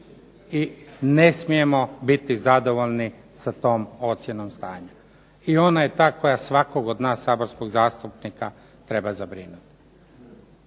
i ne smijemo biti zadovoljni sa tom ocjenom stanja. I ona je ta koja svakog od nas saborskog zastupnika treba zabrinuti.